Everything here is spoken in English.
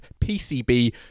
PCB